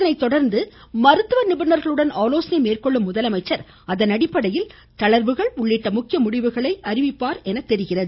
இதனை தொடர்ந்து மருத்துவ நிபுணர்களுடன் ஆலோசனை மேற்கொள்ளும் முதலமைச்சர் அதனடிப்படையில் தளர்வுகள் உள்ளிட்ட முக்கிய முடிவுகளை அறிவிப்பார் என தெரிகிறது